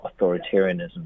authoritarianism